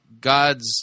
God's